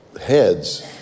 heads